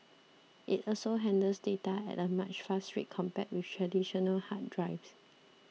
it also handles data at a much faster rate compared with traditional hard drives